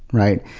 right?